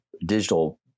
digital